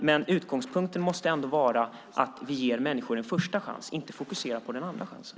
Men utgångspunkten måste ändå vara att vi ger människor en första chans, inte fokuserar på den andra chansen.